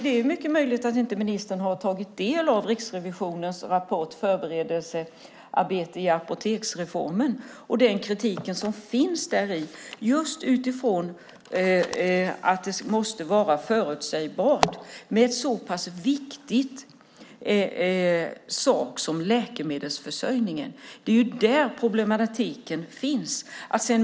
Det är mycket möjligt att ministern inte har tagit del av Riksrevisionens rapport Förberedelsearbete i apoteksreformen . Den kritiken finns utifrån att det måste vara förutsägbart. Det gäller en så pass viktig sak som läkemedelsförsörjningen. Den problematiken finns.